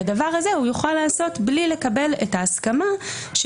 את הדבר הזה הוא יוכל לעשות בלי לקבל את ההסכמה של